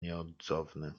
nieodzowny